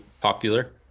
popular